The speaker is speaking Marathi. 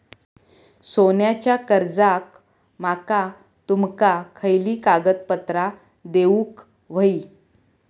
सोन्याच्या कर्जाक माका तुमका खयली कागदपत्रा देऊक व्हयी?